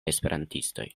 esperantistoj